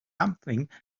something